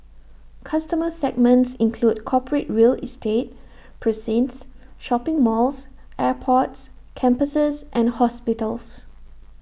customer segments include corporate real estate precincts shopping malls airports campuses and hospitals